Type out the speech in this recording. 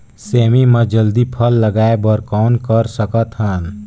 सेमी म जल्दी फल लगाय बर कौन कर सकत हन?